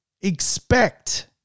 expect